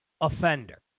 offender